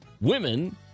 Women